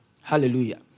Hallelujah